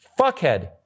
fuckhead